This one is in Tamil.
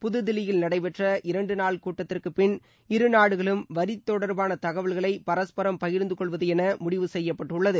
புதுதில்லியில் நடைபெற்ற இரண்டுநாள் கூட்டத்திற்கு பின் இருநாடுகளும் வரி தொடர்பான தகவல்களை பரஸ்பரம் பகிர்ந்து கொள்வது என முடிவு செய்யப்பட்டுள்ளது